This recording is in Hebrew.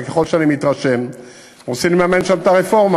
שככל שאני מתרשם רוצים לממן את הרפורמה